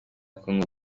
congo